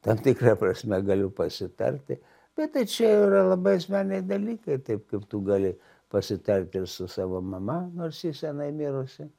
tam tikra prasme galiu pasitarti bet tai čia yra labai asmeniniai dalykai taip kaip tu gali pasitarti su savo mama nors ji senai mirusi